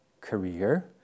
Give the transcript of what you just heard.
career